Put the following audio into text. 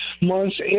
months